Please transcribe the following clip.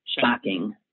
shocking